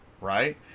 Right